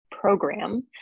program